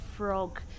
Frog